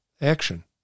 action